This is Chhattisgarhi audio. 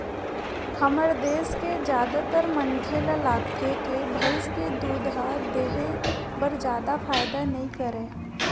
हमर देस के जादातर मनखे ल लागथे के भइस के दूद ह देहे बर जादा फायदा नइ करय